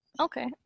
Okay